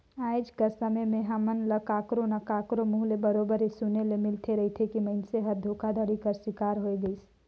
आएज कर समे में हमन ल काकरो ना काकरो मुंह ले बरोबेर ए सुने ले मिलते रहथे कि मइनसे हर धोखाघड़ी कर सिकार होए गइस